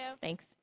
Thanks